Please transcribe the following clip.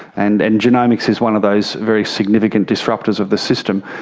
and and genomics is one of those very significant disruptors of the system.